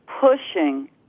pushing